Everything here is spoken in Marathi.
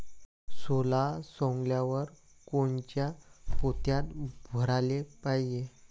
सोला सवंगल्यावर कोनच्या पोत्यात भराले पायजे?